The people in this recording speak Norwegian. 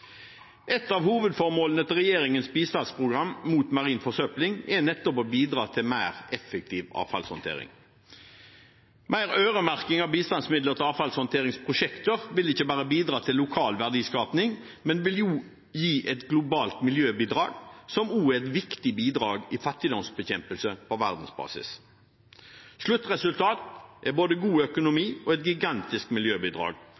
Et av hovedformålene med regjeringens bistandsprogram mot marin forsøpling er nettopp å bidra til mer effektiv avfallshåndtering. Mer øremerking av bistandsmidlene til avfallshåndteringsprosjekter vil ikke bare bidra til lokal verdiskaping, men vil også gi et globalt miljøbidrag, som også er et viktig bidrag i fattigdomsbekjempelsen på verdensbasis. Sluttresultatet blir både god økonomi og et gigantisk miljøbidrag.